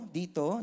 dito